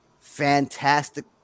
fantastic